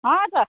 हजुर